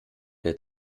der